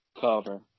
cover